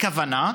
הכוונה: